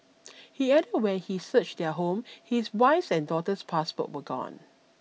he added when he searched their home his wife's and daughter's passport were gone